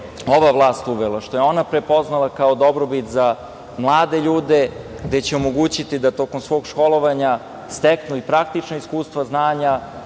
ova vlast uvela, što je ona prepoznala kao dobrobit za mlade ljude, gde će omogućiti da tokom svog školovanja, steknu praktična iskustva, znanja,